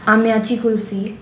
आमी आची कुल्फी